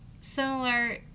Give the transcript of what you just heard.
similar